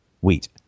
wheat